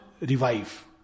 revive